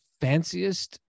fanciest